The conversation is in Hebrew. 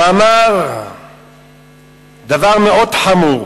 הוא אמר דבר מאוד חמור: